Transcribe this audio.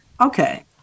Okay